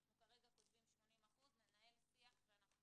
אנחנו כרגע כותבים 80%, אנחנו ננהל שיח ואנחנו